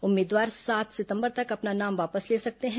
उम्मीदवार सात सितंबर तक अपना नाम वापस ले सकते हैं